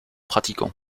pratiquant